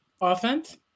offense